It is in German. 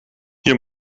hier